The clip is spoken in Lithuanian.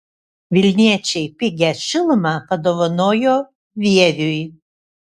vilniečiai pigią šilumą padovanojo vieviui